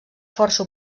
força